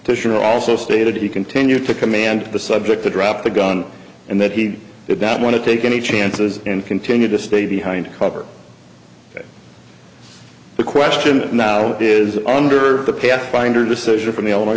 are also stated he continued to command the subject to drop the gun and that he did not want to take any chances and continue to stay behind cover the question now is under the pathfinder decision from the illinois